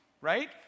Right